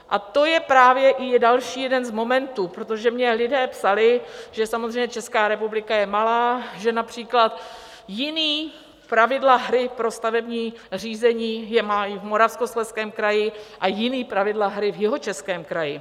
A to je právě i další jeden z momentů, protože mi lidé psali, že Česká republika je malá, že například jiná pravidla hry pro stavební řízení mají v Moravskoslezském kraji a jiná pravidla hry v Jihočeském kraji.